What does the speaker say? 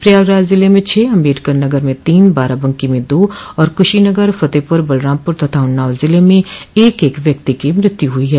प्रयागराज जिले में छह अम्बेडकर नगर में तीन बाराबंकी में दो और कुशीनगर फतेहपुर बलरामपुर तथा उन्नाव जिले में एक एक व्यक्ति की मृत्यु हुई है